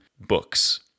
books